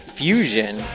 fusion